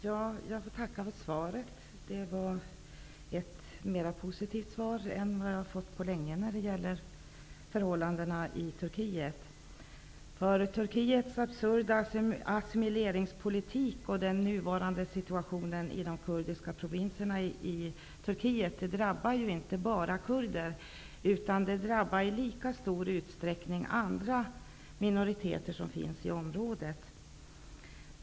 Herr talman! Jag tackar för svaret. Det är ett mer positivt svar än jag har fått på länge när det gäller förhållandena i Turkiet. Turkiets absurda assimileringspolitik och den nuvarande situationen i de kurdiska provinserna i Turkiet drabbar inte bara kurder utan i lika stor utsträckning andra minoriteter i området.